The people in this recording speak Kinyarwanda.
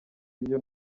ibyo